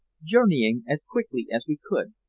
journeying as quickly as we could,